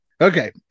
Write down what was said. Okay